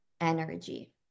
energy